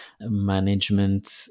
management